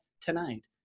tonight